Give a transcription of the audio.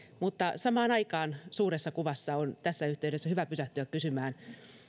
mutta samaan aikaan suuressa kuvassa on tässä yhteydessä hyvä pysähtyä kysymään